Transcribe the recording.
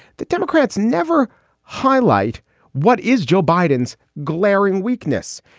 the democrats never highlight what is joe biden's glaring weakness.